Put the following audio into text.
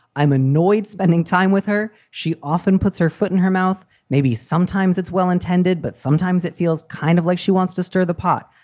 i'm annoyed spending time with her. she often puts her foot in her mouth. maybe sometimes it's well intended, but sometimes it feels kind of like she wants to stir the pot.